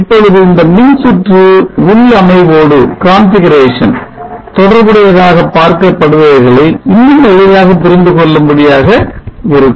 இப்பொழுது இந்த மின்சுற்று உள்ளமைவோடு தொடர்புடையதாக பார்க்கப்படுபவைகளை இன்னும் எளிதாக புரிந்துகொள்ளும்படியாக இருக்கும்